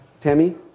Tammy